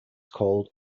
called